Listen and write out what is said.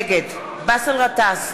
נגד באסל גטאס,